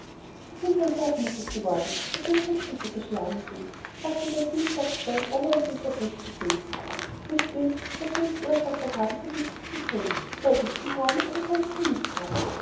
sie sind wohl hochmütig geworden seitdem sie in stücke geschlagen sind sagte der ziegenbocksbein ober und unterkriegsbefehlshaber mich dünkt daß sie nicht ursache haben so wichtig zu thun soll ich sie haben oder soll ich sie nicht haben